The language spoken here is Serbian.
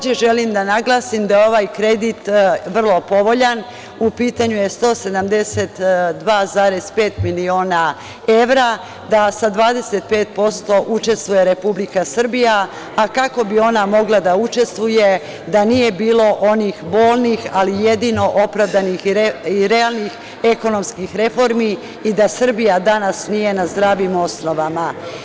Želim da naglasim da je ovaj kredit vrlo povoljan, u pitanju je 172,5 miliona evra, da sa 25% učestvuje Republika Srbija a kako bi ona mogla da učestvuje da nije bilo onih bolnih ali jedino opravdanih i realnih ekonomskih reformi i da Srbija danas nije na zdravim osnovama.